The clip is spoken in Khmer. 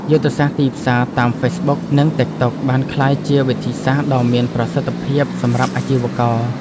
យុទ្ធសាស្ត្រទីផ្សារតាមហ្វេសប៊ុកនិងតិកតុកបានក្លាយជាវិធីសាស្ត្រដ៏មានប្រសិទ្ធភាពសម្រាប់អាជីវក។